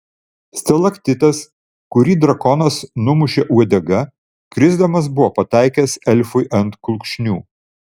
stalaktitas kurį drakonas numušė uodega krisdamas buvo pataikęs elfui ant kulkšnių